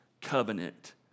covenant